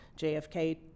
JFK